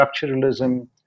structuralism